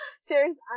serious